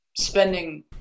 spending